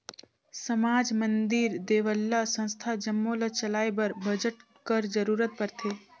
समाज, मंदिर, देवल्ला, संस्था जम्मो ल चलाए बर बजट कर जरूरत परथे